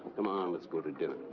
come on, let's go to dinner.